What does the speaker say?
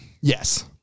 Yes